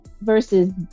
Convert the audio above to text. versus